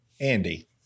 Andy